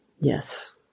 Yes